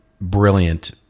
brilliant